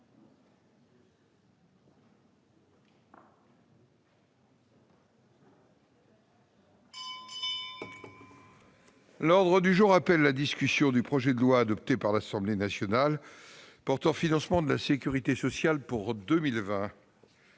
L'ordre du jour appelle la discussion du projet de loi, adopté par l'Assemblée nationale, de financement de la sécurité sociale pour 2020